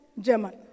German